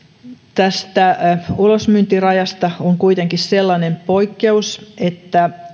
tästä ulosmyyntirajasta on kuitenkin sellainen poikkeus että